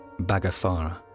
Bagafara